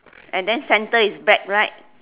and then center is black right